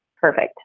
perfect